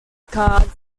cards